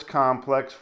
complex